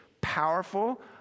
powerful